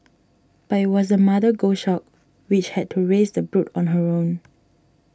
but it was the mother goshawk which had to raise the brood on her own